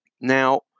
Now